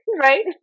Right